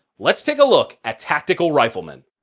let's take a look at tactical rifleman.